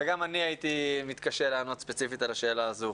וגם אני הייתי מתקשה לענות ספציפית על השאלה הזאת.